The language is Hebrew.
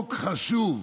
חוק חשוב,